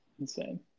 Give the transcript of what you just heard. insane